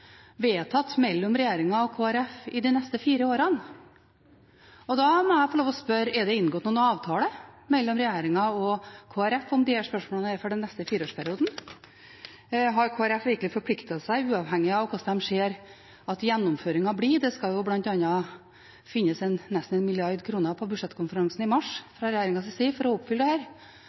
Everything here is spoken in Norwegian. vedtatt mellom regjeringen og Kristelig Folkeparti i de neste fire årene. Da må jeg få lov til å spørre: Er det inngått noen avtale mellom regjeringen og Kristelig Folkeparti om disse spørsmålene for den neste fireårsperioden? Har Kristelig Folkeparti virkelig forpliktet seg, uavhengig av hvordan de ser at gjennomføringen blir? Det skal bl.a. fra regjeringens side finnes nesten 1 mrd. kr på budsjettkonferansen i mars for å oppfylle